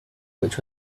which